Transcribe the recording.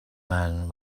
man